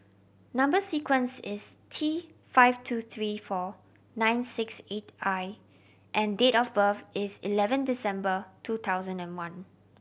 number sequence is T five two three four nine six eight I and date of birth is eleven December two thousand and one